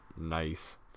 nice